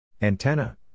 Antenna